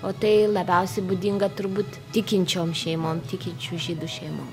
o tai labiausiai būdinga turbūt tikinčiom šeimom tikinčių žydų šeimom